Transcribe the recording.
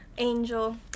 angel